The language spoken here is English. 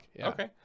okay